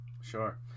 Sure